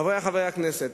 חברי חברי הכנסת,